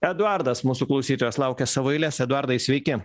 eduardas mūsų klausytojas laukia savo eilės eduardai sveiki